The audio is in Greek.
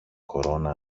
κορώνα